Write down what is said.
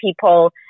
people